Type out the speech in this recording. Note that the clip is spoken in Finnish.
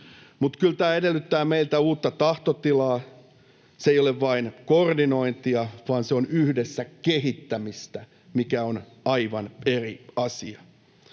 Mutta kyllä tämä edellyttää meiltä uutta tahtotilaa. Se ei ole vain koordinointia, vaan se on yhdessä kehittämistä, mikä on aivan eri asia.